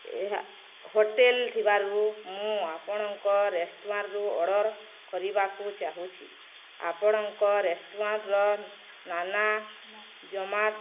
ଏହା ହୋଟେଲ ଥିବାରୁ ମୁଁ ଆପଣଙ୍କ ରେଷ୍ଟୁରାଣ୍ଟରୁ ଅର୍ଡ଼ର କରିବାକୁ ଚାହୁଁଛି ଆପଣଙ୍କ ରେଷ୍ଟୁରାଣ୍ଟର ନାନା ଜୋମାଟୋ